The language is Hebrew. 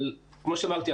אבל כמו שאמרתי,